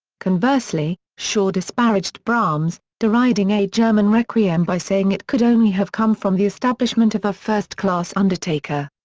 conversely, shaw disparaged brahms, deriding a german requiem by saying it could only have come from the establishment of a first-class undertaker.